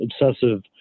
obsessive